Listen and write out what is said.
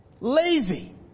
Lazy